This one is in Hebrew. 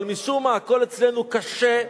אבל משום מה הכול אצלנו קשה,